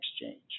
exchange